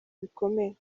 bikomeye